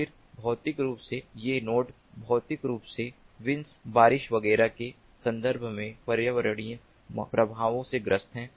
फिर भौतिक रूप से ये नोड भौतिक रूप से विंस बारिश वगैरह के सन्दर्भ में पर्यावरणीय प्रभावों से ग्रस्त हैं